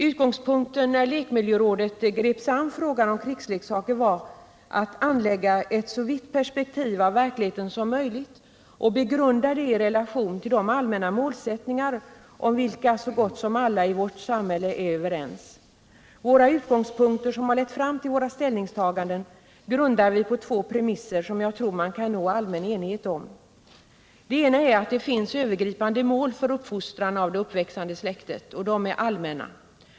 Utgångspunkten när lekmiljörådet grep sig an frågan om krigsleksaker var att anlägga ett så vitt perspektiv på verkligheten som möjligt och begrunda det i relation till de allmänna målsättningar om vilka så gott som alla i vårt samhälle är överens. Våra utgångspunkter, som har lett fram till vårt ställningstagande, grundar vi på två premisser som jag tror att man kan nå allmän enighet om. Den ena är att det finns övergripande mål för uppfostran av det växande släktet. De är allmänna.